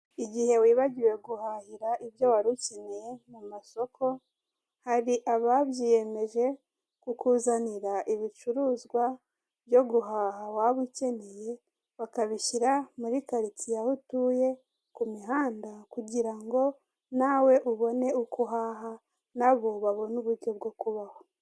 Igihe wibagiwe guhahira ibyo wari ukeneye mu masoko, hari ababyiyemeje kukuzanira ibicuruzwa byo guhaha waba ukeneye bakabishyira murikaritsiye aho utuye, ku mihanda kugira ngo nawe ubone uko uhaha, nabo babone uburyo bwo kubaho.